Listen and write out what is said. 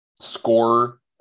scorer